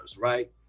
right